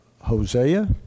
Hosea